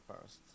first